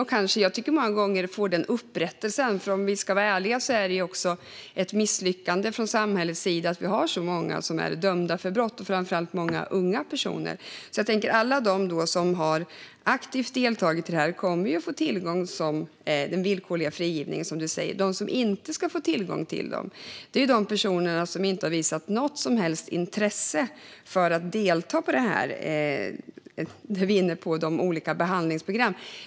Många gånger kan jag tycka att de får upprättelse, för om vi ska vara ärliga är det ett misslyckande från samhällets sida att det är så många som är dömda för brott - framför allt så många unga. Alla som aktivt deltar i detta kommer att få tillgång till villkorlig frigivning. De som inte ska få tillgång till detta är de som inte visat något som helst intresse för att delta i olika behandlingsprogram.